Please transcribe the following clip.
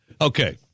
Okay